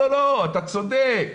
אתה צודק,